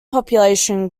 population